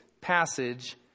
passage